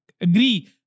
agree